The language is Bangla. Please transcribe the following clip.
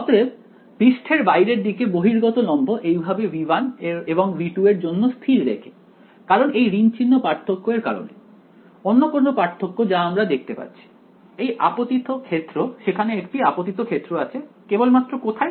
অতএব পৃষ্ঠের বাইরের দিকে বহির্গত লম্ব এইভাবে V1 এবং V2 এর জন্য স্থির রেখে কারণ এই ঋণ চিহ্ন পার্থক্য এর কারণে অন্য কোনো পার্থক্য যা আমরা দেখতে পাচ্ছি এই আপতিত ক্ষেত্র সেখানে একটি আপতিত ক্ষেত্র আছে কেবলমাত্র কোথায়